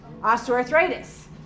osteoarthritis